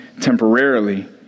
temporarily